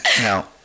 Now